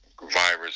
virus